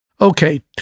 Okay